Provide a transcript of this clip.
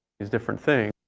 these different things.